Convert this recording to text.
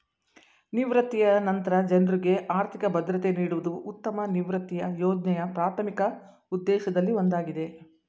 ನಿವೃತ್ತಿಯ ನಂತ್ರ ಜನ್ರುಗೆ ಆರ್ಥಿಕ ಭದ್ರತೆ ನೀಡುವುದು ಉತ್ತಮ ನಿವೃತ್ತಿಯ ಯೋಜ್ನೆಯ ಪ್ರಾಥಮಿಕ ಉದ್ದೇಶದಲ್ಲಿ ಒಂದಾಗಿದೆ